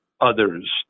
others